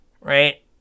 right